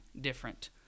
different